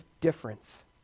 difference